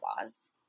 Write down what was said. laws